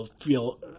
feel